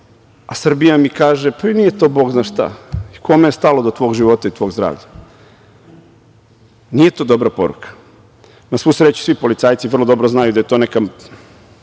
a Srbija mi kaže – pa i nije to Bog zna šta, kome je stalo do tvog života i tvog zdravlja. Nije to dobra poruka. Na svu sreću, svi policajci vrlo dobro znaju da je to neka